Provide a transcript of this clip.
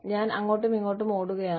ഞാൻ അങ്ങോട്ടും ഇങ്ങോട്ടും ഓടുകയാണ്